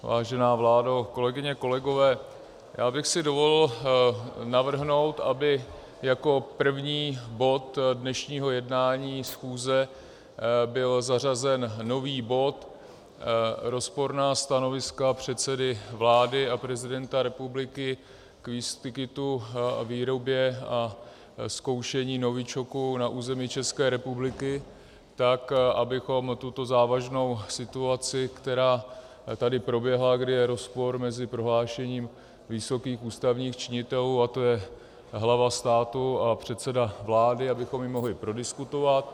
Vážená vládo, kolegyně, kolegové, já bych si dovolil navrhnout, aby jako první bod dnešního jednání schůze byl zařazen nový bod Rozporná stanoviska předsedy vlády a prezidenta republiky k výskytu, výrobě a zkoušení novičoku na území České republiky, tak abychom tuto závažnou situaci, která tady proběhla, kdy je rozpor mezi prohlášením vysokých ústavních činitelů, a to je hlava státu a předseda vlády, abychom ji mohli prodiskutovat.